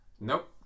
nope